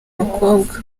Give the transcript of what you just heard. mukobwa